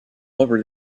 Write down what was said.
over